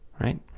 right